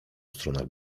stronach